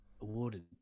awarded